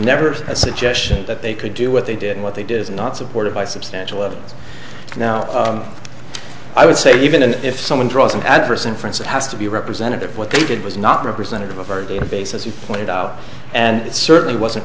never a suggestion that they could do what they did what they did is not supported by substantial evidence now i would say even if someone draws an adverse inference it has to be representative of what they did was not representative of our database as you pointed out and it certainly wasn't